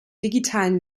digitalen